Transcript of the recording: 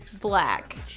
black